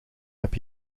heb